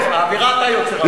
לא האווירה, אתה יוצר אווירה.